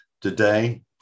today